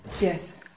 Yes